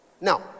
Now